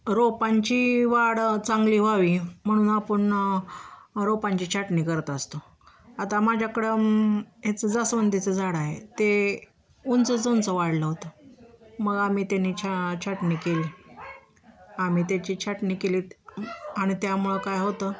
रोपांची वाढ चांगली व्हावी म्हणून आपण रोपांची छाटणी करत असतो आता माझ्याकडं ह्याचं जास्वंदीचं झाडं आहे ते उंचच उंच वाढलं होतं मग आम्ही त्यानी छा छाटणी केली आम्ही त्याची छाटणी केली आणि त्यामुळं काय होतं